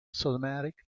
somatic